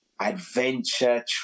adventure